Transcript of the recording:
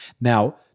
Now